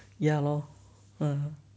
ya lor uh